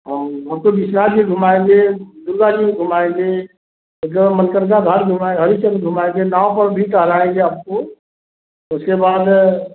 हाँ जी आपको विश्वनाथ जी घुमाएँगे दुर्गा जी घुमाएँगे जहाँ मन करता है वहाँ घुमाएँगे हरिश्चंद्र घुमाएँगे नागपाल भी टहलाएँगे आपको उसके बाद